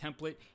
template